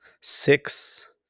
six